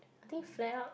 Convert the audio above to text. I think flare up